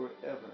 forever